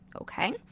okay